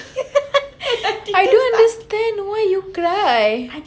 I don't understand why you cry